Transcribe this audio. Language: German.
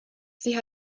sie